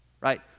right